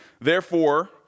Therefore